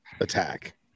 attack